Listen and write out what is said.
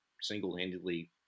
single-handedly